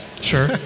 Sure